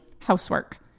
housework